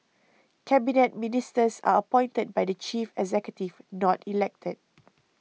Cabinet Ministers are appointed by the chief executive not elected